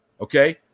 Okay